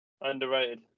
Underrated